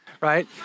right